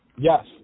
Yes